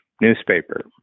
newspaper